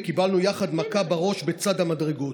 וקיבלנו יחד מכה בראש בצד המדרגות.